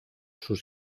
sus